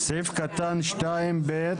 סעיף קטן (2)(ב),